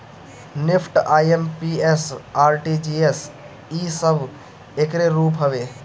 NEFT, IMPS, RTGS इ सब एकरे रूप हवे